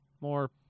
more